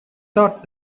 thought